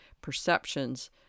perceptions